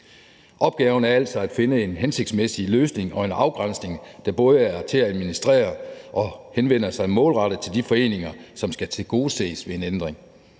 Opgaven er altså at finde en hensigtsmæssig løsning og en afgrænsning, der både er til at administrere og henvender sig målrettet til de foreninger, som skal tilgodeses ved en ændring.